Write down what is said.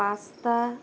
pasta